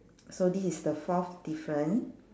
so this is the fourth different